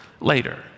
later